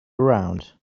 around